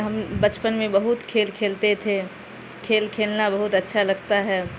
ہم بچپن میں بہت کھیل کھیلتے تھے کھیل کھیلنا بہت اچھا لگتا ہے